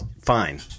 fine